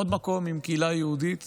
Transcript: עוד מקום עם קהילה יהודית